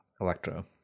Electro